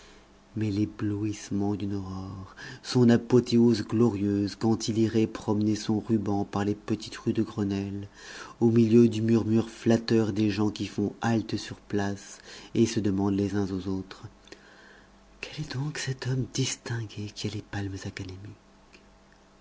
mais l'éblouissement d'une aurore son apothéose glorieuse quand il irait promener son ruban par les petites rues de grenelle au milieu du murmure flatteur des gens qui font halte sur place et se demandent les uns aux autres quel est donc cet homme distingué qui a les palmes académiques